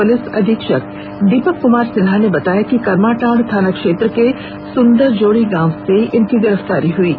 police अधीक्षक दीपक कमार सिन्हा ने बताया कि करमाटांड थाना क्षेत्र के सुंदरजोड़ी गांव से इनकी गिरफ्तारी हई है